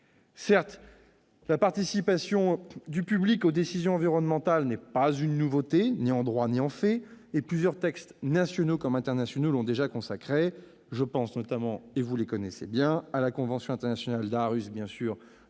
Certes, la participation du public aux décisions environnementales n'est une nouveauté ni en droit ni en fait, et plusieurs textes nationaux comme internationaux l'ont déjà consacrée. Je pense notamment à la convention internationale d'Aarhus de 1998,